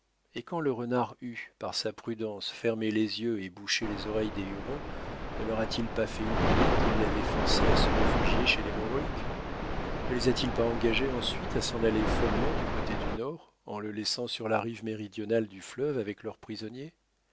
et quand le renard eut par sa prudence fermé les yeux et bouché les oreilles des hurons ne leur a-t-il pas fait oublier qu'ils l'avaient forcé à se réfugier chez les mohawks ne les a-til pas engagés ensuite à s'en aller follement du côté du nord en le laissant sur la rive méridionale du fleuve avec leurs prisonniers